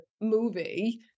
movie